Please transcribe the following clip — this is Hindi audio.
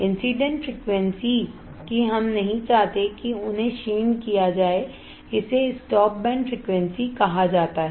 इंसीडेंट फ्रिकवेंसी कि हम नहीं चाहते हैं कि उन्हें क्षीण किया जाए इसे स्टॉप बैंड फ्रिक्वेंसीकहा जाता है